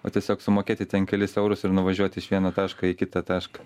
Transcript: o tiesiog sumokėti ten kelis eurus ir nuvažiuoti iš vieno taško į kitą tašką